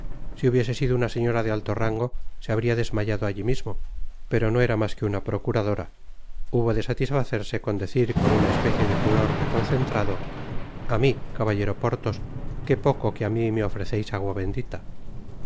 si hubiese sido una señora de alto rango se habria desmayado alli mismo pero no era mas que una pracuradora hubo de satisfacerse con decir con una especie de furor reconcentrado y x mi caballero porthos qué poco que á mi me ofreceis agua bendita